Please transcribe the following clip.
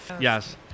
Yes